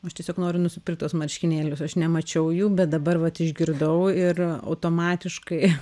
aš tiesiog noriu nusipirkt tuos marškinėlius aš nemačiau jų bet dabar vat išgirdau ir automatiškai